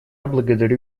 благодарю